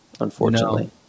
unfortunately